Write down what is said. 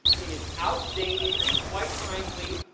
it is outdated, and quite frankly,